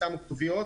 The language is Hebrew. שמו כתוביות